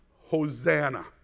Hosanna